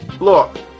look